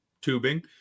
tubing